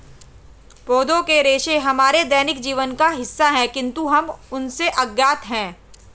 पौधों के रेशे हमारे दैनिक जीवन का हिस्सा है, किंतु हम उनसे अज्ञात हैं